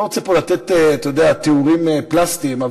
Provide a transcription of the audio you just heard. אני לא רוצה לתת פה תיאורים פלסטיים,